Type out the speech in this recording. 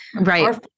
Right